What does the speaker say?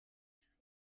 strode